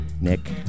Nick